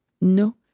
No